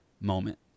moment